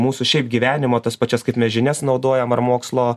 mūsų šiaip gyvenimo tas pačias kaip mes žinias naudojam ar mokslo